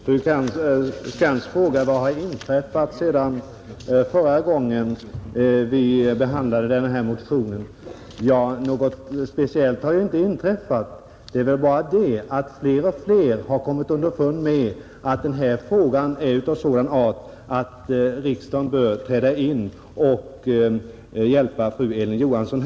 Herr talman! Fru Skantz frågade vad som har inträffat sedan vi förra gången behandlade en motion med det här yrkandet. Något speciellt har ju inte inträffat, men fler och fler har kommit underfund med att frågan är av sådan art att riksdagen bör träda in och hjälpa fru Elin Johansson.